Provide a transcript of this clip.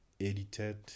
edited